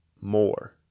more